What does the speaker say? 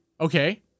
Okay